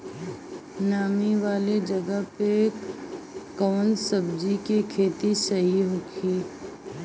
नामी वाले जगह पे कवन सब्जी के खेती सही होई?